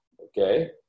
Okay